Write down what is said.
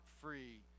free